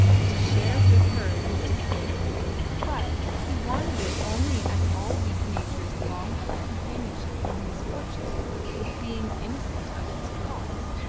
and to share with her his despair but he wanted it only as all weak natures long for a companionship in misfortune with beings innocent of its cause.